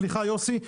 סליחה יוסי,